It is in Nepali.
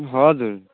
हजुर